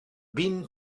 been